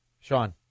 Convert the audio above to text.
Sean